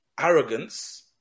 arrogance